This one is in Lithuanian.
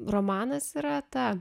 romanas yra ta